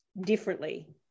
differently